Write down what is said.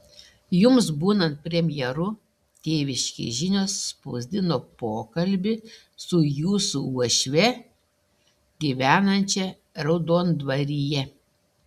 jums būnant premjeru tėviškės žinios spausdino pokalbį su jūsų uošve gyvenančia raudondvaryje